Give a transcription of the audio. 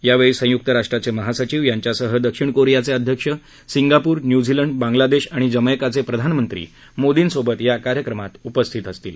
यावेळी संयुक्त राष्ट्राचे महासचिव यांच्यासह दक्षिण कोरियाचे अध्यक्ष सिंगापूर न्यूझीलंड बांगलादेश आणि जमक्तीचे प्रधानमंत्री मोदींसोबत या कार्यक्रमात उपस्थित असतील